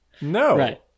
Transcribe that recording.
No